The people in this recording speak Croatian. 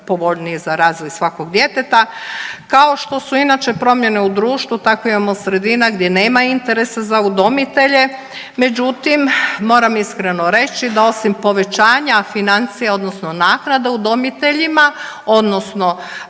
najpovoljniji za razvoj svakog djeteta, kao što su inače promjene u društvu tako imamo sredina gdje nema interesa za udomitelje međutim moram iskreno reći da osim povećanja financija odnosno naknada udomiteljima odnosno